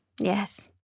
Yes